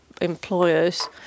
employers